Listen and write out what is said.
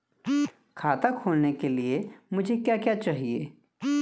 खाता खोलने के लिए मुझे क्या क्या चाहिए?